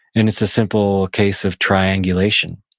and it's a simple case of triangulation,